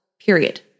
period